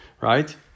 right